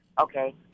Okay